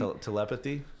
Telepathy